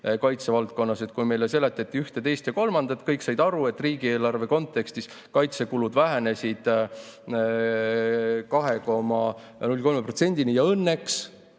kaitsevaldkonnas. [Tookord] meile seletati ühte, teist ja kolmandat, kõik said aru, et riigieelarve kontekstis kaitsekulud vähenesid 2,03%‑ni. Õnneks